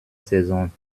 saison